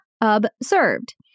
observed